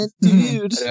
dude